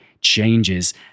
changes